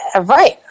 right